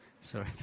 Sorry